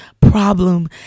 problem